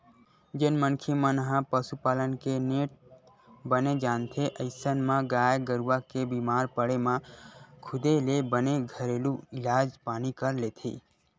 जेन मनखे मन ह पसुपालन के नेत बने जानथे अइसन म गाय गरुवा के बीमार पड़े म खुदे ले बने घरेलू इलाज पानी कर लेथे